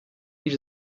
bir